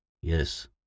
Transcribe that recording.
Yes